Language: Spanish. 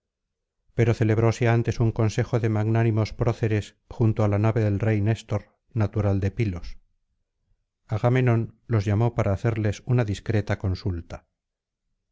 pero celebróse antes un consejo de magnánimos proceres junto á la nave del rey néstor natural de pilos agamenón los llamó para hacerles una discreta consulta